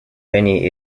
benny